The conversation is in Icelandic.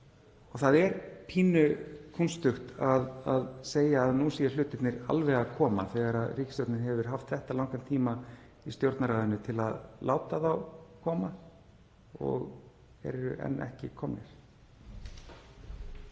á. Það er pínu kúnstugt að segja að nú séu hlutirnir alveg að koma þegar ríkisstjórnin hefur haft þetta langan tíma í Stjórnarráðinu til að láta þá koma. Þeir eru enn ekki komnir.